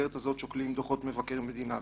במסגרת הזאת שוקלים דוחות מבקר המדינה,